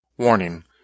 Warning